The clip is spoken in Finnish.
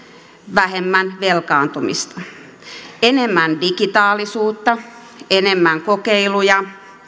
vähemmän velkaantumista enemmän digitaalisuutta enemmän kokeiluja